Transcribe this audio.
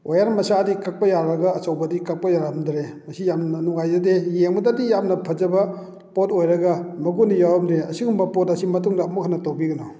ꯋꯥꯌꯔ ꯃꯆꯥꯗꯤ ꯀꯛꯄ ꯌꯥꯔꯒ ꯑꯆꯧꯕꯗꯤ ꯀꯛꯄ ꯌꯥꯔꯝꯗ꯭ꯔꯦ ꯃꯁꯤ ꯌꯥꯝꯅ ꯅꯨꯡꯉꯥꯏꯖꯗꯦ ꯌꯥꯡꯕꯗꯗꯤ ꯌꯥꯝꯅ ꯐꯖꯕ ꯄꯣꯠ ꯑꯣꯏꯔꯒ ꯃꯒꯨꯟ ꯌꯥꯎꯔꯝꯗꯦ ꯑꯁꯤꯒꯨꯝꯕ ꯄꯣꯠ ꯑꯁꯤ ꯃꯇꯨꯡꯗ ꯑꯃꯨꯛ ꯍꯟꯅ ꯇꯧꯕꯤꯒꯅꯨ